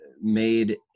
made